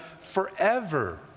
forever